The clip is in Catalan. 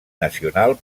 nacional